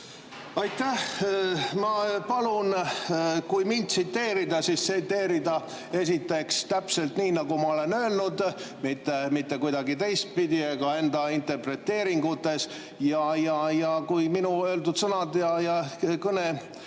Aitäh! Ma palun, kui mind tsiteerida, siis tsiteerida esiteks täpselt nii, nagu ma olen öelnud, mitte kuidagi teistpidi ega enda interpreteeringutes. Ja kui minu öeldud sõnad ja kõne